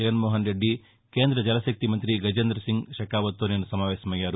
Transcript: జగన్మోహన్రెడ్డి కేంద్ర జలశక్తి మంత్రి గజేంద్రసింగ్ షెకావత్తో నిన్న సమావేశమయ్యారు